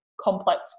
complex